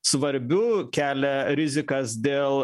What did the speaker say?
svarbiu kelia rizikas dėl